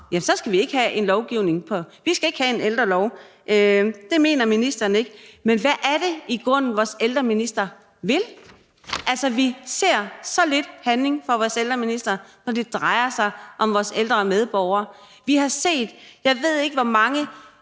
ældre, skal vi ikke have en lovgivning. Vi skal ikke have en ældrelov – det mener ministeren ikke. Men hvad er det i grunden, vores ældreminister vil? Altså, vi ser så lidt handling fra vores ældreminister, når det drejer sig om vores ældre medborgere. Vi har set, jeg ved ikke hvor mange